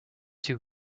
two